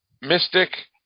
mystic